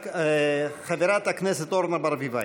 חברת הכנסת אורנה ברביבאי.